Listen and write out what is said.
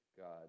God